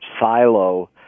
silo